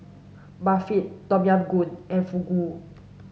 Barfi Tom Yam Goong and Fugu